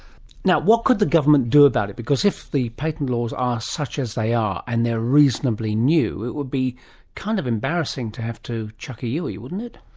what could the government do about it, because if the patent laws are such as they are and they're reasonably new, it would be kind of embarrassing to have to chuck a u-ie wouldn't it?